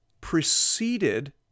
preceded